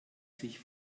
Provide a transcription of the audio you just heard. sich